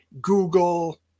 Google